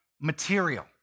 material